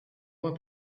moi